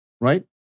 right